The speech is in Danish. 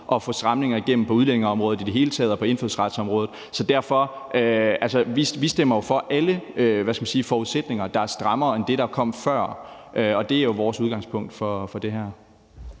at få stramninger igennem på udlændingeområdet i det hele taget og på indfødsretsområdet. Altså, vi stemmer jo for alle, hvad skal man sige, forudsætninger, der er strammere end det, der kom før, og det er vores udgangspunkt for det her.